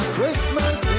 Christmas